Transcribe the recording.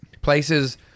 Places